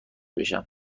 بشم